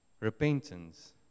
Repentance